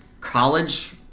college